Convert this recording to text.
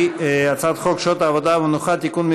הצעת חוק שעות עבודה ומנוחה (תיקון,